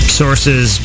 sources